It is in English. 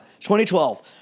2012